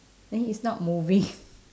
then it's not moving